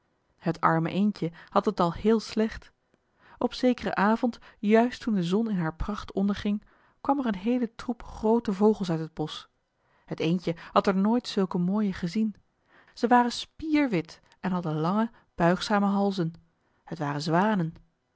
het arme eendje had het al heel slecht op zekeren avond juist toen de zon in haar pracht onderging kwam er een heele troep groote vogels uit het bosch het eendje had er nooit zulke mooie gezien zij waren spierwit en hadden lange buigzame halzen het waren zwanen